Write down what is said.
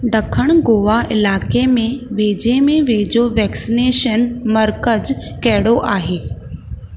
ड॒खण गोवा इलाइक़े में वेझे में वेझो वैक्सनेशन मर्कज़ कहिड़ो आहे